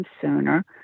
sooner